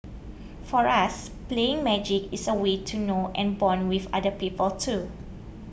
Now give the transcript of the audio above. for us playing magic is a way to know and bond with other people too